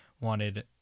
wanted